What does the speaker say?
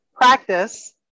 practice